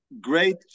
great